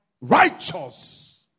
Righteous